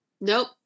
nope